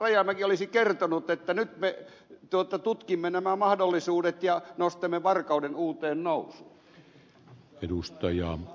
rajamäki olisi kertonut että nyt me tutkimme nämä mahdollisuudet ja nostamme varkauden uuteen nousuun